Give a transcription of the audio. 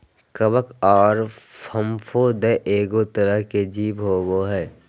कवक आर फफूंद एगो तरह के जीव होबय हइ